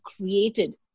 created